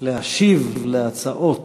להשיב על ההצעות